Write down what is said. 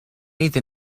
iddyn